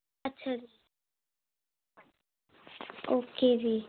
ਅੱਛਾ ਜੀ ਓਕੇ ਜੀ